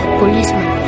policeman